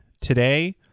today